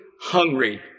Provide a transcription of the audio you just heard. hungry